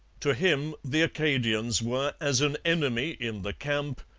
to him the acadians were as an enemy in the camp,